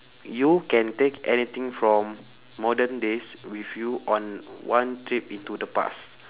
you can take anything from modern days with you on one trip into the past